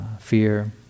fear